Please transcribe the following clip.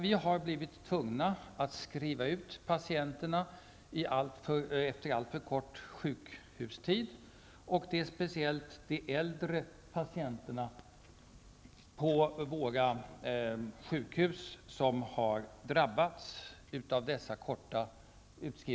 Vi har blivit tvungna att skriva ut patienterna efter en alltför kort sjukhustid. Det är speciellt de äldre patienterna på våra sjukhus som har drabbats.